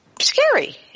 scary